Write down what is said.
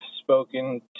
spoken